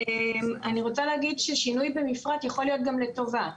אני רוצה להגיד ששינוי במפרט יכול להיות גם לטובה.